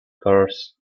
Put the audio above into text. course